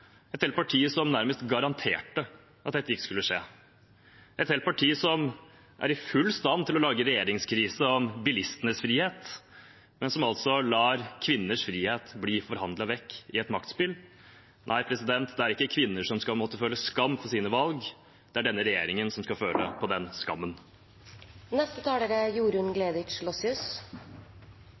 et helt parti som nærmest garanterte at dette ikke skulle skje, et helt parti som er fullt ut i stand til å lage regjeringskrise om bilistenes frihet, men som lar kvinners frihet bli forhandlet vekk i et maktspill. Nei, det er ikke kvinner som skal måtte føle skam for sine valg – det er denne regjeringen som skal føle på den skammen. Dette er